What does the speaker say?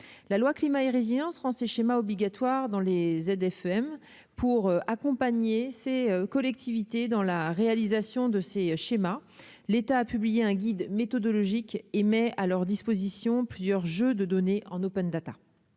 la loi climat et résilience français schéma obligatoire dans les ZFU FM pour accompagner ces collectivités dans la réalisation de ces schémas, l'État a publié un guide méthodologique et met à leur disposition plusieurs jeux de données en Open Data,